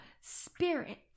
spirit